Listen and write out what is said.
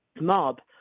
mob